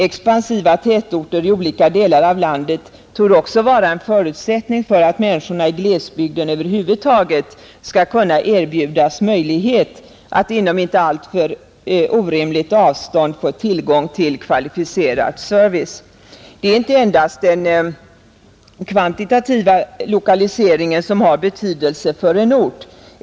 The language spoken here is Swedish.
Expansiva tätorter i olika delar av landet torde också vara en förutsättning för att människorna i glesbygden över huvud taget skall kunna erbjudas möjligheter att inom inte alltför orimligt avstånd få tillgång till kvalificerad service. Det är inte endast den kvantitativa lokaliseringen som har betydelse för en ort.